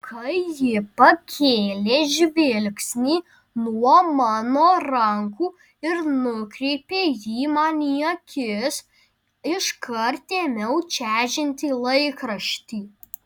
kai ji pakėlė žvilgsnį nuo mano rankų ir nukreipė jį man į akis iškart ėmiau čežinti laikraštį